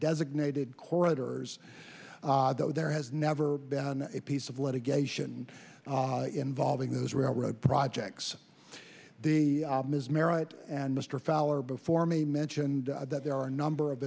designated corridors though there has never been a piece of litigation involving those railroad projects the ms merit and mr fowler before me mentioned that there are a number of